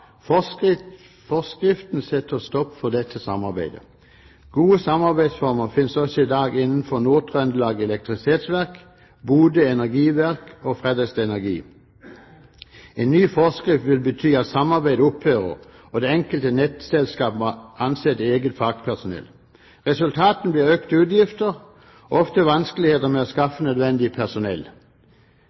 forskrift vil bety at samarbeidet opphører, og det enkelte nettselskap må ansette eget fagpersonell. Resultatet blir økte utgifter og ofte vanskeligheter med å skaffe nødvendig personell.